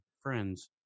friends